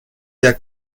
der